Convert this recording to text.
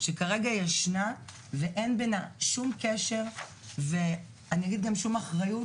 שכרגע ישנה ואין בינה שום קשר ואני אגיד גם שום אחריות,